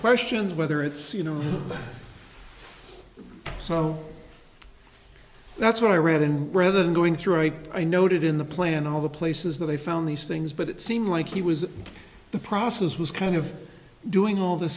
questions whether it's you know so that's what i read in rather than going through i noted in the plan all the places that they found these things but it seemed like he was the process was kind of doing all the